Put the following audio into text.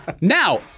Now